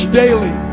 daily